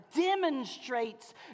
demonstrates